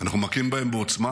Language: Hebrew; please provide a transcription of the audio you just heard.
אנחנו מכים בהם בעוצמה,